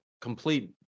complete